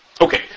Okay